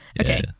okay